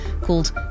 called